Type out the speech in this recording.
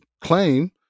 claim